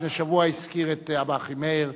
לפני שבוע הזכיר את אב"א אחימאיר